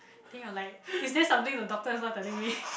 then you're like is there something the doctor is not telling me